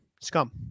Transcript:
scum